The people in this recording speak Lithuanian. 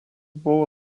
buvo